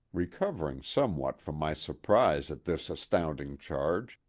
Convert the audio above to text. recovering somewhat from my surprise at this astounding charge,